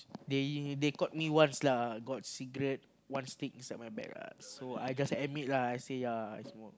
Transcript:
they they caught me once lah got cigarette one stick inside my bag ah so I just admit lah I say ya I smoke